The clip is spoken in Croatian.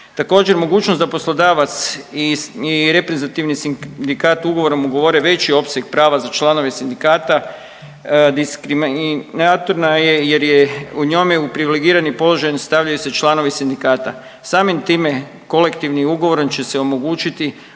Također mogućnost da poslodavac i reprezentativni sindikat ugovorom ugovore veći opseg prava za članove sindikata diskriminatorna je jer je njome u privilegirani položaj stavljaju se članovi sindikata. Samim time kolektivnim ugovorom će se omogućiti